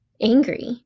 angry